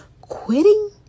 Quitting